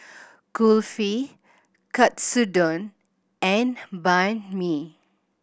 Kulfi Katsudon and Banh Mi